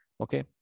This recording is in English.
Okay